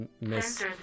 miss